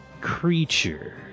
creature